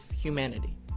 humanity